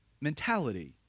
mentality